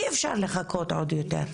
אי אפשר לחכות עוד יותר.